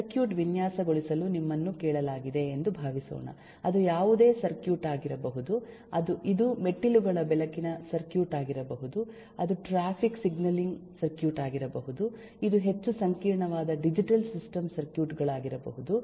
circuit ವಿನ್ಯಾಸಗೊಳಿಸಲು ನಿಮ್ಮನ್ನು ಕೇಳಲಾಗಿದೆ ಎಂದು ಭಾವಿಸೋಣ ಅದು ಯಾವುದೇ ಸರ್ಕ್ಯೂಟ್ ಆಗಿರಬಹುದು ಇದು ಮೆಟ್ಟಿಲುಗಳ ಬೆಳಕಿನ ಸರ್ಕ್ಯೂಟ್ ಆಗಿರಬಹುದು ಅದು ಟ್ರಾಫಿಕ್ ಸಿಗ್ನಲಿಂಗ್ ಸರ್ಕ್ಯೂಟ್ ಆಗಿರಬಹುದು ಇದು ಹೆಚ್ಚು ಸಂಕೀರ್ಣವಾದ ಡಿಜಿಟಲ್ ಸಿಸ್ಟಮ್ ಸರ್ಕ್ಯೂಟ್ ಗಳಾಗಿರಬಹುದು